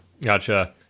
Gotcha